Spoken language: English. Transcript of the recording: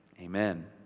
Amen